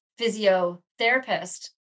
physiotherapist